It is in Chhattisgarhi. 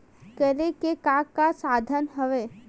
करे के का का साधन हवय?